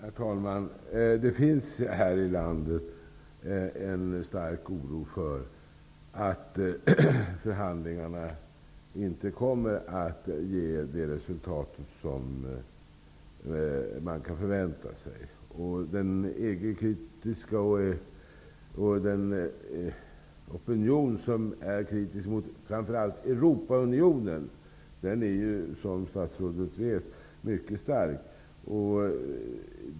Herr talman! Det finns här i landet en stark oro för att förhandlingarna inte kommer att ge det resultat som man kan förvänta sig. Den opinion som är kritisk mot EG och framför allt mot Europaunionen är ju, som statsrådet vet, mycket stark.